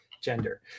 gender